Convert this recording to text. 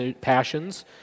passions